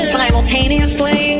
simultaneously